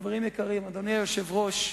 חברים יקרים, אדוני היושב-ראש,